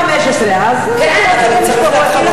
עד 2015, אז, כן, אבל הוא צריך להתחיל עכשיו.